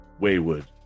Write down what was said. wayward